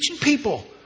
people